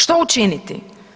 Što učiniti?